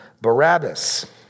Barabbas